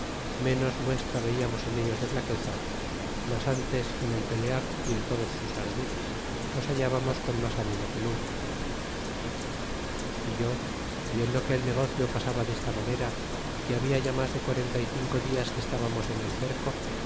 menos muestra veíamos en ellos de flaqueza mas g utes en el pelear y en todos sus ardides los hailabamos con mas ánimo que nunca e yo viendo que el negocio pasaba de esta llanera y que habla ya mas de quarenta y cinco dias que estabamos en el cerco